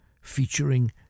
featuring